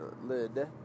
lid